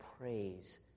praise